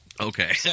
Okay